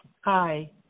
Hi